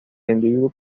individuo